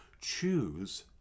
Choose